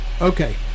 Okay